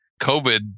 COVID